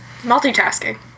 Multitasking